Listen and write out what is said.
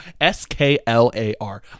s-k-l-a-r